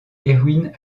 erwin